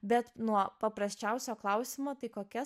bet nuo paprasčiausio klausimo tai kokia